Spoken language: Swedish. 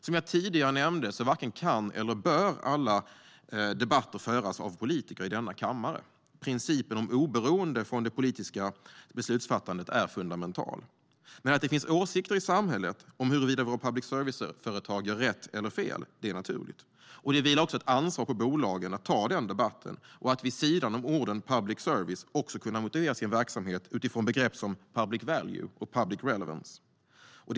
Som jag tidigare nämnde varken kan eller bör alla debatter föras av politiker i denna kammare - principen om oberoende från det politiska beslutsfattandet är fundamental. Men att det finns åsikter i samhället om huruvida våra public service-företag gör rätt eller fel är naturligt. Det vilar också ett ansvar på bolagen att ta den debatten och att vid sidan om orden "public service" också kunna motivera sin verksamhet utifrån begrepp som "public value" och "public relevance".